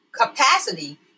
capacity